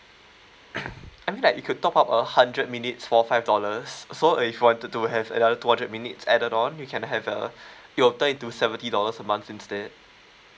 I mean like you could top up a hundred minutes for five dollars so if you wanted to have another two hundred minutes added on you have have a it will turn into seventy dollars a month instead